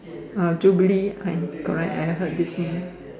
uh Jubilee I correct I heard this name